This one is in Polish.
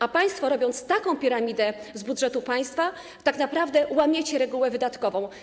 A państwo, robiąc taką piramidę z budżetu państwa, tak naprawdę łamiecie regułę wydatkową.